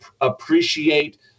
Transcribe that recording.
appreciate